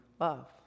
love